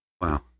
Wow